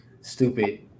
stupid